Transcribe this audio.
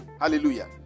Hallelujah